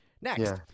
Next